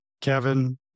Kevin